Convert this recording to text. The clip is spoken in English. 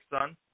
son